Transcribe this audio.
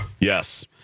Yes